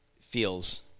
feels